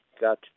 got